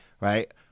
right